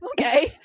Okay